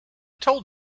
told